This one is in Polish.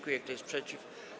Kto jest przeciw?